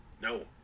no